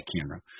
camera